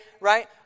right